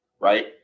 right